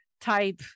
type